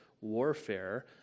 warfare